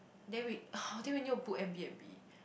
then we oh then we need to book AirBnb